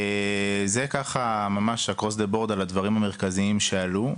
אלה הדברים המרכזיים שעלו.